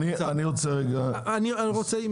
ברשותך, אני רוצה רק